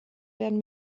werden